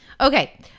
Okay